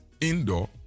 indoor